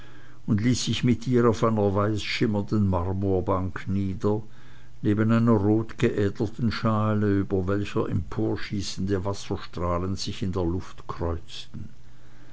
und ließ sich mit ihr auf einer weiß schimmernden marmorbank nieder neben einer rot geäderten schale über welcher emporschießende wasserstrahlen sich in der luft kreuzten